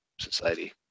Society